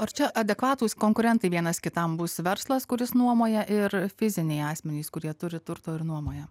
ar čia adekvatūs konkurentai vienas kitam bus verslas kuris nuomoja ir fiziniai asmenys kurie turi turto ir nuomoja